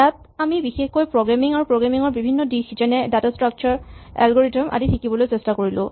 ইয়াত আমি বিশেষকৈ প্ৰগ্ৰেমিং আৰু প্ৰগ্ৰেমিংৰ বিভিন্ন দিশ যেনে ডাটা ষ্ট্ৰাকচাৰ এলগৰিদম আদি শিকিবলৈ চেষ্টা কৰিলো